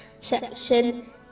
section